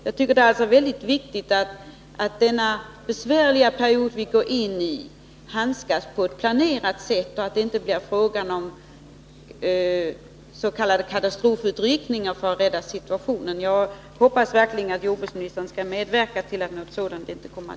Det är viktigt att vi handlar planerat under den besvärliga period som vi har framför oss, så att det inte blir fråga om s.k. katastrofutryckningar för att rädda situationen. Jag hoppas verkligen att jordbruksministern skall medverka till detta.